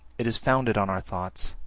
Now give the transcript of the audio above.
it is founded on our thoughts,